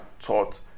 taught